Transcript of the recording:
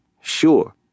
Sure